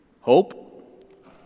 Hope